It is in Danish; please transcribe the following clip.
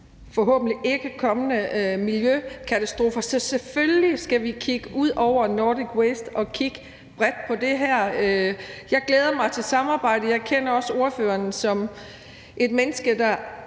forebygge kommende miljøkatastrofer. Selvfølgelig skal vi kigge ud over Nordic Waste og kigge bredt på det her. Jeg glæder mig til samarbejdet. Jeg kender også ordføreren som et menneske, der